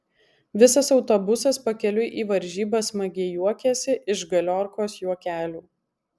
visas autobusas pakeliui į varžybas smagiai juokėsi iš galiorkos juokelių